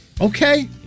Okay